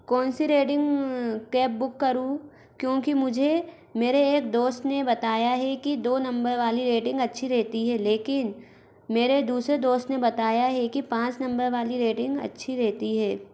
कौनसी rating cab book करूँ क्योंकि मुझे मेरे एक दोस्त ने बताया है कि दो नंबर वाली रैटिंग अच्छी रहती हे लेकिन मेरे दूसरे दोस्त ने बताया है कि पाँच नंबर वाली रैटिंग अच्छी रहती है